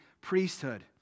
priesthood